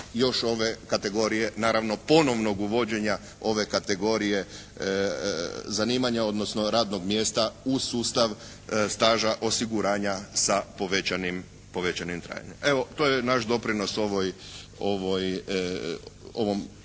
još ove kategorije. Naravno ponovnog uvođenja ove kategorije zanimanja odnosno radnog mjesta u sustav staža osiguranja sa povećanim trajanjem. Evo to je naš doprinos ovoj,